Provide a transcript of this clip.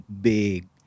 big